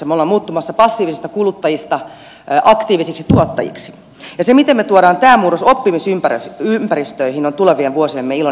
me olemme muuttumassa passiivisista kuluttajista aktiivisiksi tuottajiksi ja se miten me tuomme tämän murroksen oppimisympäristöön on tulevien vuosiemme iloinen haaste